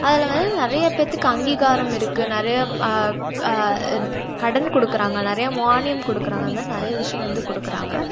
அதில் வந்து நிறைய பேர்த்துக்கு அங்கீகாரம் இருக்குது நிறைய கடன் கொடுக்கறாங்க நிறைய மானியம் கொடுக்குறாங்க அது மாரி நிறைய விஷயம் வந்து கொடுக்கறாங்க